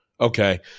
Okay